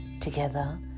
Together